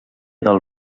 del